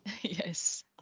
Yes